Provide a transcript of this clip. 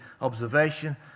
observation